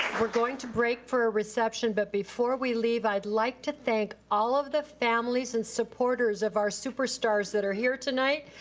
we're going to break for a reception, but before we leave, i'd like to thank all of the families and supporters of our super stars that are here tonight.